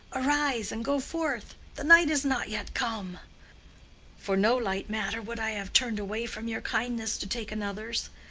arise, and go forth the night is not yet come for no light matter would i have turned away from your kindness to take another's.